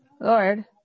Lord